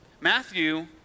Matthew